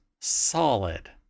solid